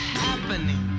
happening